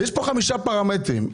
יש פה חמישה פרמטרים.